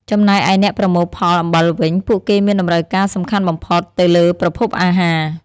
ចំណែកឯអ្នកប្រមូលផលអំបិលវិញ ពួកគេមានតម្រូវការសំខាន់បំផុតទៅលើប្រភពអាហារ។